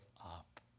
up